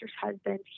husband